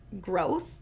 growth